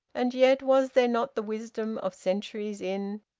and yet was there not the wisdom of centuries in,